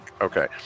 Okay